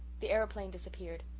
the aeroplane disappeared.